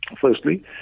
firstly